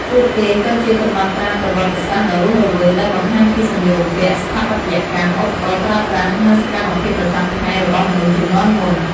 ពួកគេក៏ជាកំណត់ត្រាប្រវត្តិសាស្ត្រដ៏រស់រវើក ដែលបង្ហាញពីសម្លៀកបំពាក់ ស្ថាបត្យកម្ម ឧបករណ៍ប្រើប្រាស់ និងសកម្មភាពប្រចាំថ្ងៃរបស់មនុស្សជំនាន់មុន។